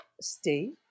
Stay